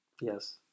Yes